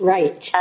Right